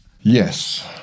Yes